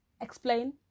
explain